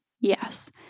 Yes